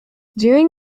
during